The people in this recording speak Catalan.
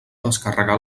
descarregar